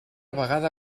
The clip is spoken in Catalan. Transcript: vegada